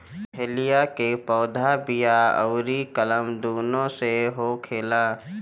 dahlia के पौधा बिया अउरी कलम दूनो से होखेला